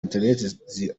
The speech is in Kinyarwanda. interineti